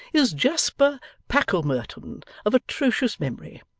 is jasper packlemerton of atrocious memory,